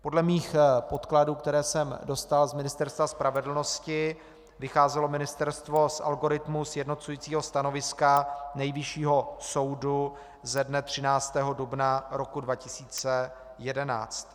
Podle mých podkladů, které jsem dostal z Ministerstva spravedlnosti, vycházelo ministerstvo z algoritmu sjednocujícího stanoviska Nejvyššího soudu ze dne 13. dubna roku 2011.